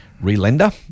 re-lender